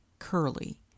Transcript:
Curly